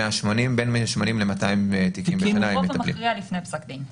בין 180 ל-200 תיקים בשנה הם מטפלים.